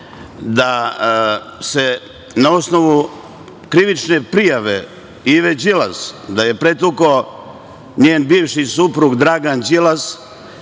da se na osnovu krivične prijave Ive Đilas da je pretukao njen bivši suprug Dragan Đilas